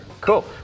Cool